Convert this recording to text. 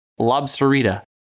Lobsterita